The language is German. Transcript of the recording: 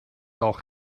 auch